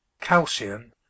calcium